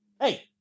Hey